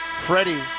Freddie